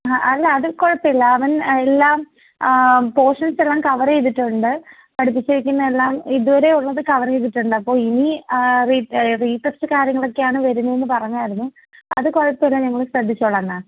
ആ അല്ല അത് കുഴപ്പമില്ല അവൻ എല്ലാം പോർഷൻസ് എല്ലാം കവർ ചെയ്തിട്ടുണ്ട് പഠിപ്പിച്ചിരിക്കുന്നത് എല്ലാം ഇതുവരെ ഉള്ളത് കവർ ചെയ്തിട്ടുണ്ട് അപ്പോൾ ഇനി റീ റീ ടെസ്റ്റ് കാര്യങ്ങളൊക്കെയാണ് വരുന്നതെന്ന് പറഞ്ഞിരുന്നു അത് കുഴപ്പമില്ല ഞങ്ങൾ ശ്രദ്ധിച്ചോളാം മാം